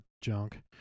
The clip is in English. junk